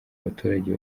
abaturage